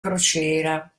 crociera